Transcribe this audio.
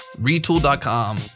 retool.com